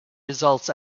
results